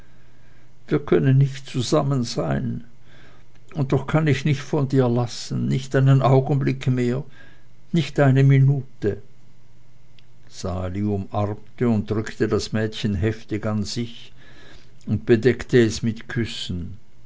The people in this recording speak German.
wir können nicht zusammen sein und doch kann ich nicht von dir lassen nicht einen augenblick mehr nicht eine minute sali umarmte und drückte das mädchen heftig an sich und bedeckte es mit küssen